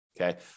okay